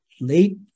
late